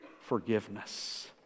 forgiveness